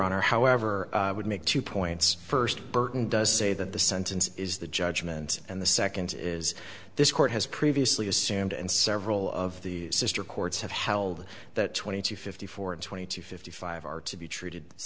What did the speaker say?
honor however would make two points first burton does say that the sentence is the judgment and the second is this court has previously assumed and several of the sr courts have held that twenty two fifty four and twenty two fifty five are to be treated the